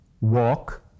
walk